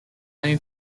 many